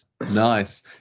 Nice